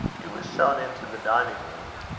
hugh was shown into the dining-room,